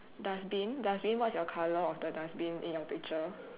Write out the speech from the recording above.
dustbin dustbin what is your colour of the dustbin in your picture